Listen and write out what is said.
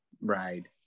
Right